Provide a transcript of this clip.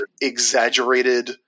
exaggerated